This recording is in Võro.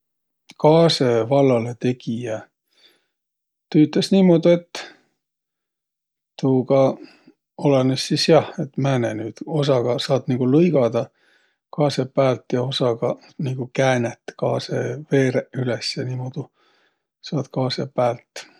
Kaasõ vallalõtegijä tüütäs niimuudu, et, tuuga, olõnõs sis jah, et määne nüüd. Osaga saat nigu lõigada kaasõ päält ja osaga nigu käänät kaasõ veereq üles ja niimuudu saat kaasõ päält.